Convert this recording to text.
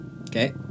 Okay